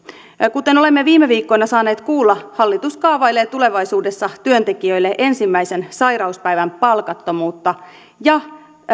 kuten olemme viime viikkoina saaneet kuulla hallitus kaavailee tulevaisuudessa työntekijöille ensimmäisen sairauspäivän palkattomuutta ja